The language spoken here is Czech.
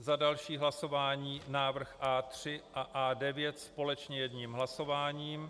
Za další hlasování návrh A3 a A9 společně jedním hlasováním.